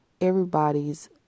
everybody's